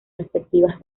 respectivas